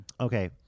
Okay